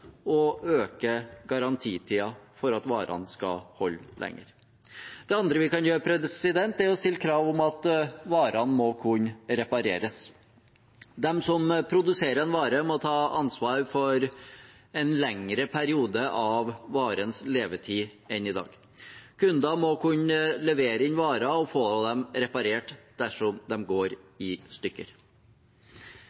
øke garantitiden for at varene skal holde lenger. Det andre vi kan gjøre, er å stille krav om at varene må kunne repareres. De som produserer en vare, må ta ansvar for en lengre periode av varens levetid enn i dag. Kunder må kunne levere inn varer og få dem reparert dersom de går